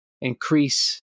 increase